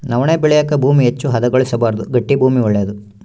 ನವಣೆ ಬೆಳೆಯಾಕ ಭೂಮಿ ಹೆಚ್ಚು ಹದಗೊಳಿಸಬಾರ್ದು ಗಟ್ಟಿ ಭೂಮಿ ಒಳ್ಳೇದು